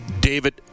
David